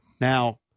Now